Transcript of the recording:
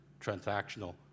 transactional